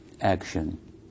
action